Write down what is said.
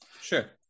Sure